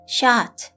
Shot